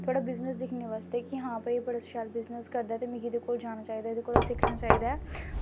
थुआढ़ा बिज़नस दिक्खने बास्तै कि हां भाई बड़ा शैल बिज़नस करदा ऐ ते मिगी एह्दे कोल जाना चाहिदा एह् एह्दे कोला सिक्खना चाहिदा ऐ